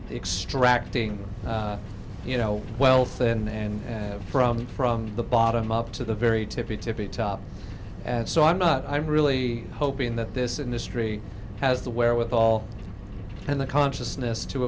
extracting you know wealth and have from the from the bottom up to the very tippy tippy top and so i'm not i'm really hoping that this industry has the wherewithal and the consciousness to